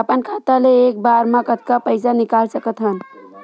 अपन खाता ले एक बार मा कतका पईसा निकाल सकत हन?